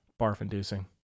Barf-inducing